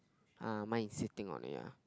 uh mine is sitting on it ah